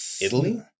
Italy